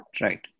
Right